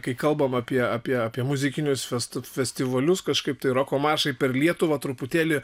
kai kalbam apie apie apie muzikinius festo festivalius kažkaip tai roko maršai per lietuvą truputėlį